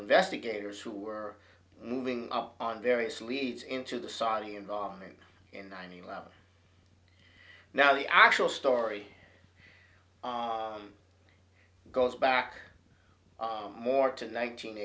investigators who were moving on various leads into the saudi involvement in nine eleven now the actual story goes back more to nine